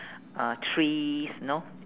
uh trees you know